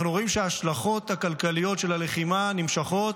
אנחנו רואים שההשלכות הכלכליות של הלחימה נמשכות,